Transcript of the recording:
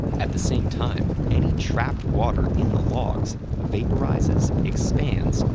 at the same time, any trapped water in the logs vaporizes, expands,